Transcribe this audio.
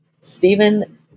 Stephen